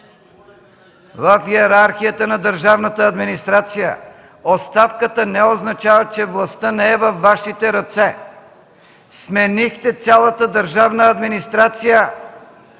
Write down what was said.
В йерархията на държавната администрация оставката не означава, че властта не е във Вашите ръце. Сменихте цялата държавна администрация...